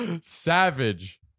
Savage